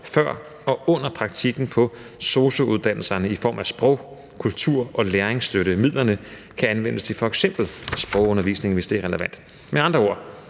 før og under praktikken på sosu-uddannelserne i form af sprog-, kultur- og læringsstøtte; midlerne kan anvendes til f.eks. sprogundervisning, hvis det er relevant. Med andre ord: